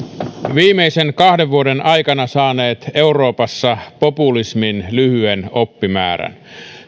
viimeisen kahden vuoden aikana saaneet euroopassa populismin lyhyen oppimäärän